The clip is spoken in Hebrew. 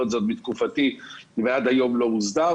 את זה עוד מתקופתי ועד היום לא הוסדר.